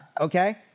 okay